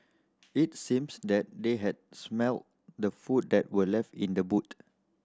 it seems that they had smelt the food that were left in the boot